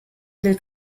del